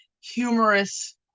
humorous